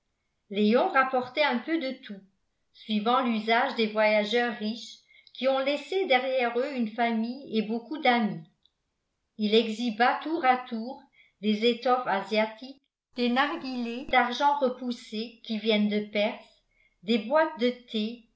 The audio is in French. léon rapportait un peu de tout suivant l'usage des voyageurs riches qui ont laissé derrière eux une famille et beaucoup d'amis il exhiba tour à tour des étoffes asiatiques des narghilés d'argent repoussé qui viennent de perse des boîtes de thé